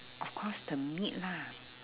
of course the meat lah